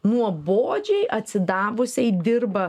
nuobodžiai atsidavusiai dirba